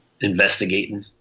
investigating